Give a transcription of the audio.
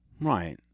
Right